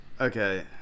Okay